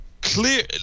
clear